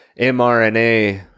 mrna